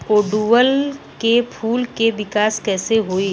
ओड़ुउल के फूल के विकास कैसे होई?